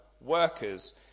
workers